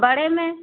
बड़े में